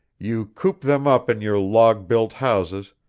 you coop them up in your log-built houses,